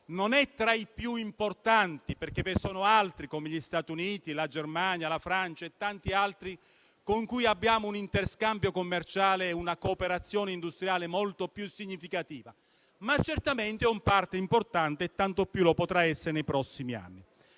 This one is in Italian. non è tra i più importanti perché ce ne sono altri, come gli Stati Uniti, la Germania, la Francia e tanti altri con cui abbiamo un interscambio commerciale e una cooperazione industriale molto più significativa. Certamente però è un *partner* importante e tanto più lo potrà essere nei prossimi anni.